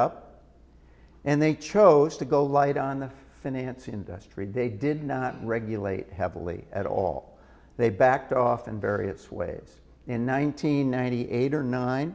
up and they chose to go light on the finance industry they did not regulate heavily at all they backed off in various ways in one nine hundred ninety eight or nine